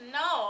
no